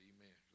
Amen